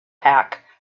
pak